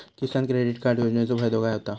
किसान credit card योजनेचो फायदो काय होता?